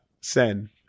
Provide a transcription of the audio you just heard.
Sen